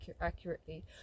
accurately